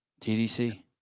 TDC